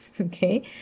Okay